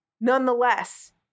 Nonetheless